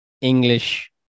English